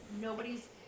nobody's